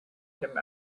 him